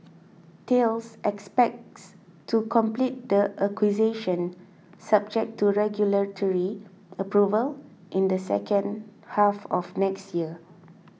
Thales expects to complete the acquisition subject to regulatory approval in the second half of next year